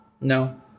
No